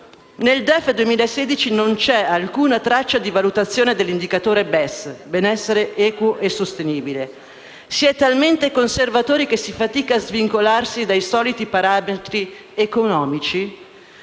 Nel DEF 2016 non c'è alcuna traccia di valutazione dell'indicatore Benessere Equo e Sostenibile (BES). Si è talmente conservatori che si fatica a svincolarsi dai soliti parametri economici?